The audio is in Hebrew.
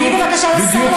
תני לשר לסיים.